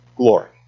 glory